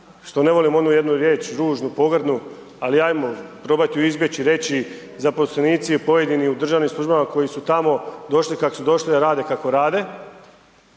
što ne volim onu jednu riječ ružnu, pogrdnu ali ajmo probati ju izbjeći i reći zaposlenici pojedini u državnim službama koji su tamo došli kako su došli a rade kako rade